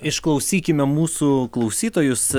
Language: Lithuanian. išklausykime mūsų klausytojus